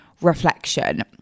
reflection